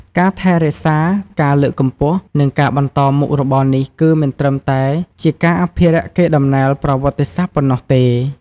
ការថែរក្សា ការលើកកម្ពស់ និងការបន្តមុខរបរនេះ គឺមិនត្រឹមតែជាការអភិរក្សកេរដំណែលប្រវត្តិសាស្រ្តប៉ុណ្ណោះទេ។